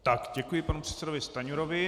Tak, děkuji panu předsedovi Stanjurovi.